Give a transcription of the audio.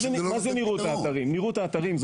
מה זה נראות האתרים?